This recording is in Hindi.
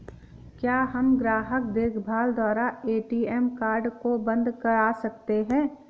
क्या हम ग्राहक देखभाल द्वारा ए.टी.एम कार्ड को बंद करा सकते हैं?